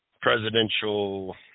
presidential